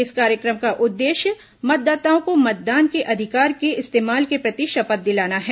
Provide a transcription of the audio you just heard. इस कार्यक्रम का उद्देश्य मतदाताओं को मतदान के अधिकार के इस्तेमाल के प्रति शपथ दिलाना है